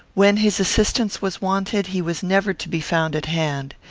when his assistance was wanted he was never to be found at hand.